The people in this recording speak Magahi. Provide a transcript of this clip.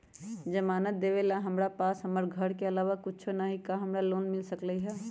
जमानत देवेला हमरा पास हमर घर के अलावा कुछो न ही का हमरा लोन मिल सकई ह?